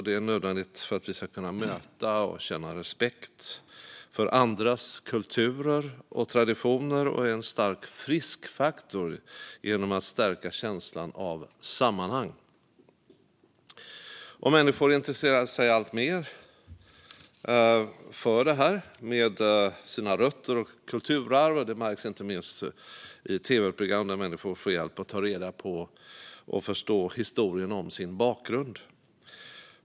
Det är nödvändigt för att vi ska kunna möta och känna respekt för andras kulturer och traditioner och är en stark friskfaktor genom att stärka känslan av sammanhang. Människor intresserar sig alltmer för sina rötter och sitt kulturarv, och detta märks inte minst i tv-program där människor får hjälp med att ta reda på och förstå historien om sin bakgrund.